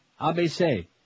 ABC